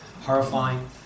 horrifying